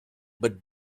but